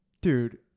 dude